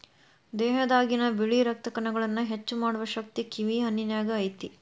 ದೇಹದಾಗಿನ ಬಿಳಿ ರಕ್ತ ಕಣಗಳನ್ನಾ ಹೆಚ್ಚು ಮಾಡು ಶಕ್ತಿ ಈ ಕಿವಿ ಹಣ್ಣಿನ್ಯಾಗ ಐತಿ